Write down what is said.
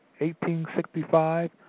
1865